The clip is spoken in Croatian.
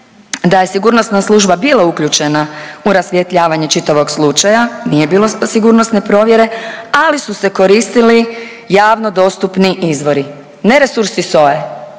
da je sigurnosna služba bila uključena u rasvjetljavanje čitavog slučaja, nije bilo sigurnosne provjere, ali su se koristili javno dostupni izvori, ne resursi SOA-e